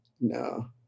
no